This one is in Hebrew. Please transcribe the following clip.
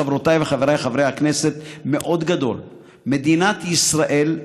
חברותיי וחבריי חברי הכנסת: מדינת ישראל,